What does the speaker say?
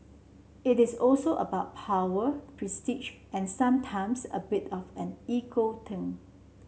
it is also about power prestige and sometimes a bit of an ego thing